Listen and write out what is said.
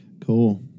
Cool